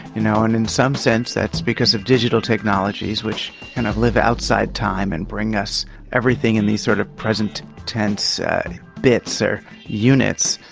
you know and in some sense that's because of digital technologies which kind of live outside time and bring us everything in these sort of present tense bits or units.